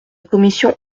commission